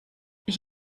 ich